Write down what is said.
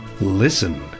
Listen